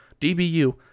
DBU